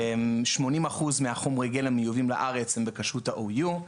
80% מחומרי הגלם המיובאים לארץ הם בכשרות ה-OU.